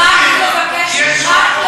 רק מבקשים מהן להודיע שהן לא מגיעות לשם.